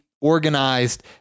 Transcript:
organized